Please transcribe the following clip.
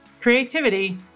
creativity